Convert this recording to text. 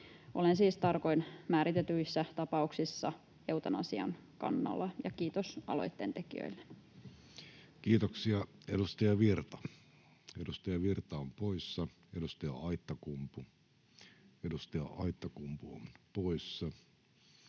Olen siis tarkoin määritetyissä tapauksissa eutanasian kannalla. Kiitos aloitteen tekijöille. Kiitoksia. — Edustaja Virta on poissa, edustaja Aittakumpu on poissa.